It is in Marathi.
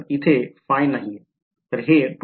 तर इथे phi नाहीये